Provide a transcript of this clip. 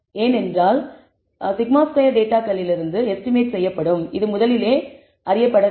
ஏனென்றால் σ2 டேட்டாகளிலிருந்து எஸ்டிமேட் செய்யப்படும் அது முதலிலே அறியப்படவில்லை